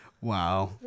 Wow